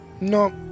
no